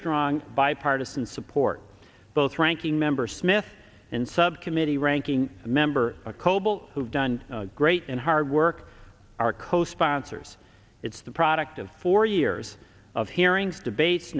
strong bipartisan support both ranking member smith and subcommittee ranking member coble who've done great and hard work our co sponsors it's the product of four years of hearings debates